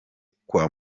kwa